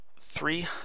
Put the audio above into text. three